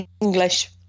English